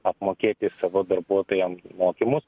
apmokėti savo darbuotojam mokymus